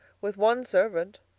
with one servant.